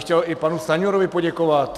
Chtěl bych i panu Stanjurovi poděkovat.